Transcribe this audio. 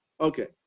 Okay